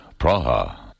Praha